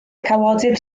cawodydd